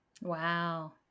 Wow